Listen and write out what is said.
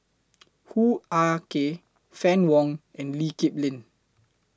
Hoo Ah Kay Fann Wong and Lee Kip Lin